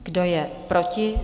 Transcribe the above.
Kdo je proti?